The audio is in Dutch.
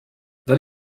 dat